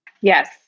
Yes